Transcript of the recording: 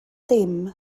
dim